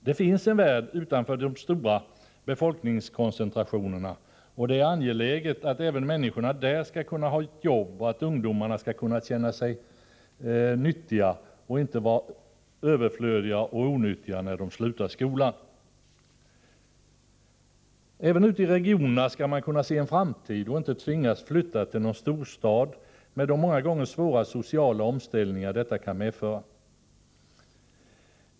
Det finns en värld utanför de större befolkningskoncentrationerna, och det är angeläget att även människorna där skall kunna ha jobb och att ungdomarna skall kunna känna sig nyttiga och inte vara överflödiga och onyttiga när de slutat skolan. Även ute i regionerna skall man kunna se en framtid och inte tvingas flytta till någon storstad med de många gånger svåra sociala omställningar detta kan medföra.